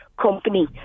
company